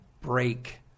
break